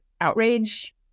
outrage